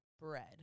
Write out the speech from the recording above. Bread